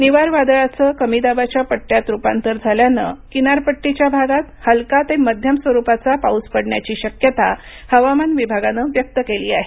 निवार वादळाचं कमी दाबाच्या पट्टयात रुपांतर झाल्यानं किनारपट्टीच्या भागात हलका ते मध्यम स्वरूपाचा पाऊस पडण्याची शक्यता हवामान विभागानं व्यक्त केली आहे